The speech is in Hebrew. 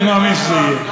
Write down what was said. אני מאמין שזה יהיה.